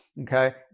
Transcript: Okay